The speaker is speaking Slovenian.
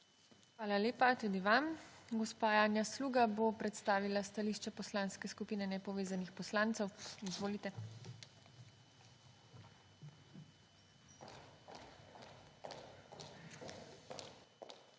Hvala lepa tudi vam. Gospa Janja Sluga bo predstavila stališče Poslanske skupine Nepovezanih poslancev. Izvolite.